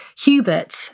Hubert